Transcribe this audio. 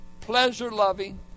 pleasure-loving